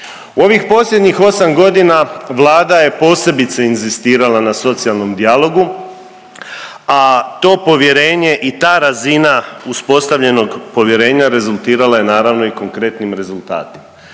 U ovih posljednjih 8.g. Vlada je posebice inzistirala na socijalnom dijalogu, a to povjerenje i ta razina uspostavljenog povjerenja rezultirala je naravno i konkretnim rezultatima,